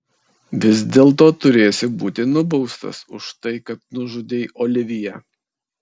vis dėlto turėsi būti nubaustas už tai kad nužudei oliviją